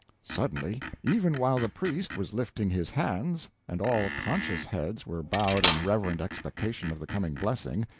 suddenly, even while the priest was lifting his hands, and all conscious heads were bowed in reverent expectation of the coming blessing,